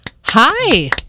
Hi